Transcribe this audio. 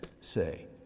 say